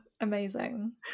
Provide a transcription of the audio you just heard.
amazing